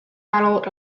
battled